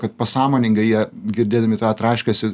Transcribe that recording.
kad pasąmoningai jie girdėdami tą traškesį